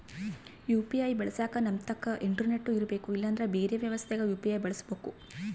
UPI ಬಳಸಕ ನಮ್ತಕ internet ಇರರ್ಬೆಕು ಇಲ್ಲಂದ್ರ ಬೆರೆ ವ್ಯವಸ್ಥೆಗ ಯು.ಪಿ.ಐ ಬಳಸಬಕು